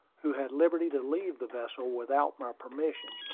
who had liberty to leave the vessel without my permission,